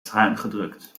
schuingedrukt